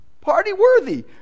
Party-worthy